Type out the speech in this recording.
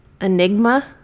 Enigma